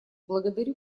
благодарю